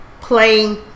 playing